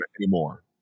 anymore